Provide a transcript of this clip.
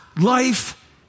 life